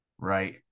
right